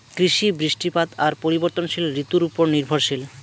কৃষি, বৃষ্টিপাত আর পরিবর্তনশীল ঋতুর উপর নির্ভরশীল